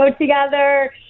together